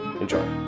Enjoy